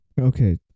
Okay